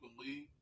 believe